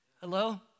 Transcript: Hello